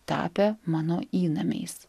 tapę mano įnamiais